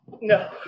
No